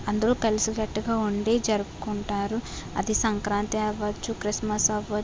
అందరూ కలిసికట్టుగా ఉండి జరుపుకుంటారు అది సంక్రాంతి అవ్వచ్చు క్రిస్మస్ అవ్వచ్చు